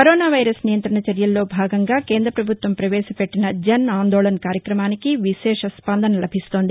corona virus నియంత్రణ చర్యల్లో భాగంగా కేంద్రపభుత్వం ప్రవేశపెట్టిన జన్ ఆందోళన్ కార్యక్రమానికి విశేష స్పందన లభిస్తోంది